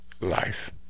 life